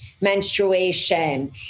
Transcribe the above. menstruation